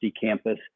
campus